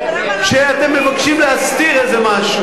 שאתם מבקשים להסתיר איזה משהו.